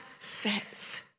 says